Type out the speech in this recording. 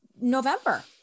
November